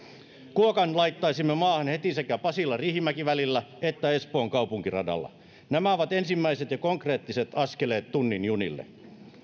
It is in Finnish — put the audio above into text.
kuokan laittaisimme maahan heti sekä pasila riihimäki välillä että espoon kaupunkiradalla nämä ovat ensimmäiset ja konkreettiset askeleet tunnin junille